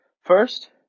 first